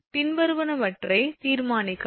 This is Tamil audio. பின்வருவனவற்றைத் தீர்மானிக்கவும்